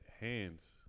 hands